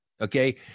Okay